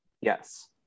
Yes